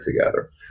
together